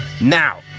Now